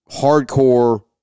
hardcore